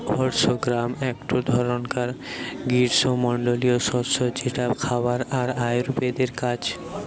horse gram একটো ধরণকার গ্রীস্মমন্ডলীয় শস্য যেটা খাবার আর আয়ুর্বেদের কাজ